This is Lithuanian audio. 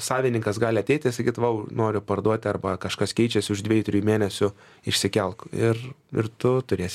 savininkas gali ateit ir sakyt vau noriu parduoti arba kažkas keičiasi už dviejų trijų mėnesių išsikelk ir ir tu turėsi